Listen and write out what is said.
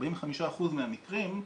ב-45% מהמקרים.